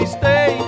stay